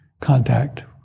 contact